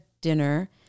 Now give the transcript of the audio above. dinner